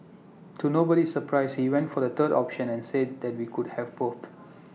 to nobody's surprise he went for the third option and said that we could have both